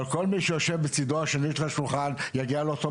אבל כל מי שיושב בצידו השני של השולחן יגיע לאותו המצב.